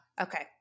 okay